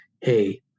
hey